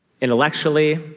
intellectually